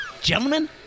gentlemen